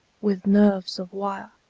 with nerves of wire,